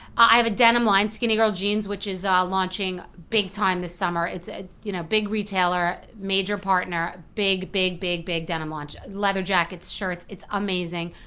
i have a denim line, skinny girl jeans, which is ah launching big time this summer. it's a you know big retailer, major partner, big big big big denim launch. leather jackets, shirts, it's amazing,